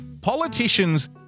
Politicians